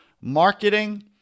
marketing